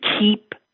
keep